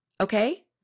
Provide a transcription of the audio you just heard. Okay